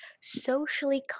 socially